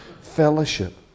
fellowship